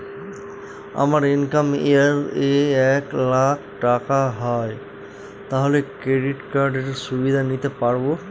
আমার income year এ এক লাক টাকা হয় তাহলে ক্রেডিট কার্ড এর সুবিধা নিতে পারবো?